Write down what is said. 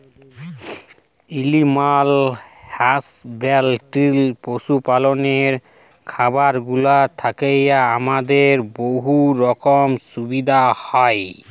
animal husbandry পশু পাললের খামারগুলা থ্যাইকে আমাদের বহুত রকমের সুবিধা হ্যয়